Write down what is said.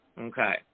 Okay